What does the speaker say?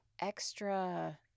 extra